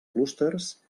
clústers